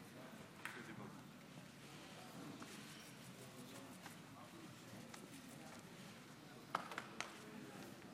יברך את חבר הכנסת מתן כהנא חבר הכנסת נפתלי בנט.